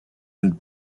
and